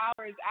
hours